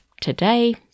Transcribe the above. today